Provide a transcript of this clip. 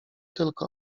tylko